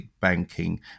banking